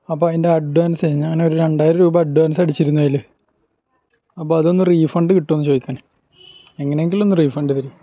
അപ്പം എൻ്റെ അഡ്വാൻസ് ഞാനൊരു രണ്ടായിരം രൂപ അഡ്വാൻസടിച്ചിരുന്നു അതില് അപ്പം അതൊന്ന് റീഫണ്ട് കിട്ടുമോ എന്ന് ചോദിക്കാനാണ് എങ്ങനെ എങ്കിലും ഒന്ന് റീഫണ്ട് ചെയ്തേര്